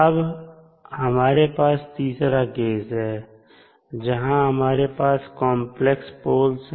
अब हमारे पास तीसरा केस है जहां हमारे पास कांपलेक्स पोल्स हैं